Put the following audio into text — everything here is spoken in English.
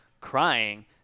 crying